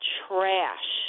trash